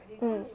mm